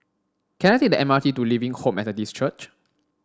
can I take the M R T to Living Hope Methodist Church